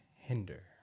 Hinder